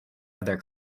other